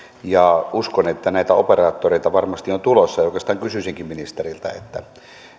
uskon että näitä operaattoreita varmasti on tulossa oikeastaan kysyisinkin ministeriltä